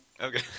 Okay